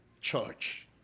church